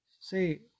Say